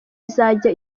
izajya